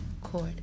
court